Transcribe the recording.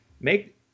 make